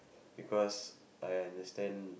because I understand